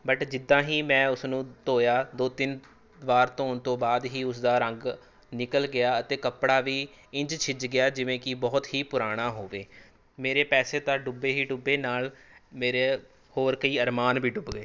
but ਜਿੱਦਾਂ ਹੀ ਮੈਂ ਉਸ ਨੂੰ ਧੋਇਆ ਦੋ ਤਿੰਨ ਵਾਰ ਧੋਣ ਤੋਂ ਬਾਅਦ ਹੀ ਉਸ ਦਾ ਰੰਗ ਨਿਕਲ ਗਿਆ ਅਤੇ ਕੱਪੜਾ ਵੀ ਇੰਝ ਛਿਜ ਗਿਆ ਜਿਵੇਂ ਕਿ ਬਹੁਤ ਹੀ ਪੁਰਾਣਾ ਹੋਵੇ ਮੇਰੇ ਪੈਸੇ ਤਾਂ ਡੁੱਬੇ ਹੀ ਡੁੱਬੇ ਨਾਲ ਮੇਰੇ ਹੋਰ ਕਈ ਅਰਮਾਨ ਵੀ ਡੁੱਬ ਗਏ